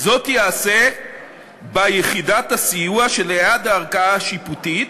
זה ייעשה ביחידת הסיוע שליד הערכאה השיפוטית,